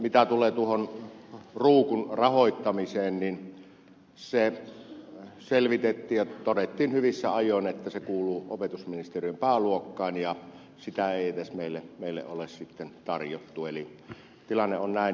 mitä tulee tuohon ruukun rahoittamiseen se selvitettiin ja todettiin hyvissä ajoin että se kuuluu opetusministeriön pääluokkaan ja sitä ei edes meille ole sitten tarjottu eli tilanne on näin